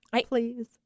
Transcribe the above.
Please